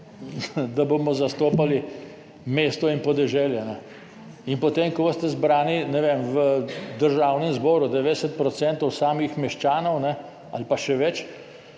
da bomo zastopali mesto in podeželje. In potem, ko boste zbrani, ne vem, v Državnem zboru, 90 % samih meščanov ali pa še več,